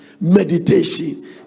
Meditation